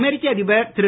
அமெரிக்க அதிபர் திரு